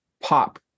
pop